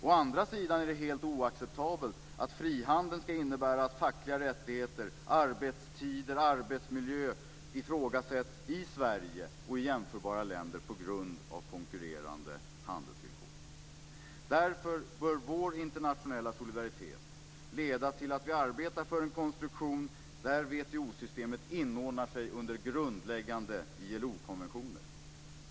Å andra sidan är det helt oacceptabelt att frihandeln ska innebära att fackliga rättigheter, arbetstider och arbetsmiljö ifrågasätts i Sverige och i jämförbara länder på grund av konkurrerande handelsvillkor. Därför bör vår internationella solidaritet leda till att vi arbetar för en konstruktion där WTO-systemet inordnar sig under grundläggande ILO-konventioner.